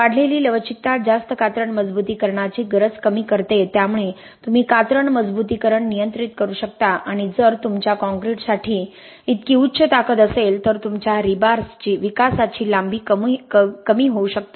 वाढलेली लवचिकता जास्त कातरण मजबुतीकरणाची गरज कमी करते त्यामुळे तुम्ही कातरण मजबुतीकरण नियंत्रित करू शकता आणि जर तुमच्या काँक्रीटसाठी इतकी उच्च ताकद असेल तर तुमच्या रीबार्सची विकासाची लांबी कमी होऊ शकते